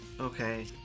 Okay